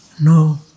No